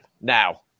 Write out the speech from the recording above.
now